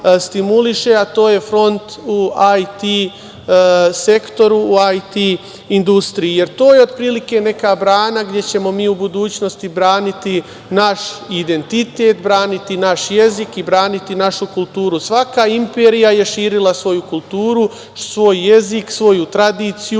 a to je front u IT sektoru, u IT industriji, jer to je otprilike neka brana gde ćemo mi u budućnosti braniti naš identitet, braniti naš jezik i braniti našu kulturu. Svaka imperija je širila svoju kulturu, svoj jezik, svoju tradiciju